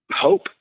hope